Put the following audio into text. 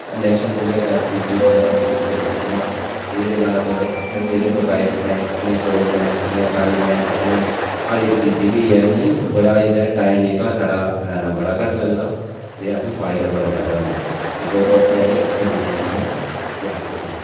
induction चूह्ल्लै च अस बिजली कन्नै यूज करी सकने आं जेह्दे कन्नै अस एह्दे उप्पर राईस बनाई सकने आं चौल बनाई सकने आं दाल बनाई सकने आं हर जेह्की चीज ऐ असें ई बड़ा जेह्का टाईम जेह्का साढ़ा बड़ा घट्ट लगदा ते असें ई फायदा बड़ा जैदा होंदा ते गर्वमैंट नै एह् अच्छियां चीजां जेह्ड़ियां त्यार कीती दियां न